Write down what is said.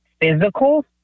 physical